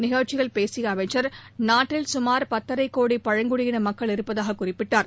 நிகழ்ச்சியில் பேசிய அமைச்சர் நாட்டில் சமார் பத்தரை கோடி பழங்குடியின மக்கள் இருப்பதாக குறிப்பிட்டார்